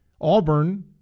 Auburn